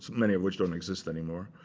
many of which don't exist anymore.